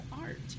art